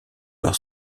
par